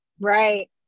Right